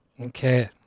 okay